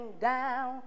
Down